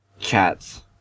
cats